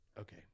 Okay